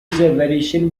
variation